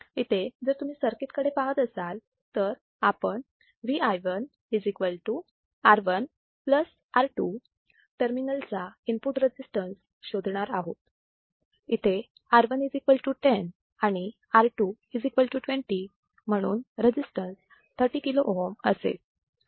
जर तुम्ही सर्किट कडे पाहत असाल तर आपण Vi1 R1 R2 टर्मिनल चा इनपुट रजिस्टन्स शोधणार आहोत इथे R1 10 आणि R2 20 म्हणून रजिस्टन्स 30 kilo ohm असेल